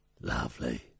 Lovely